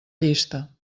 llista